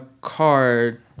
card